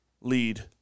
lead